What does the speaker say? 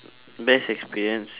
best experience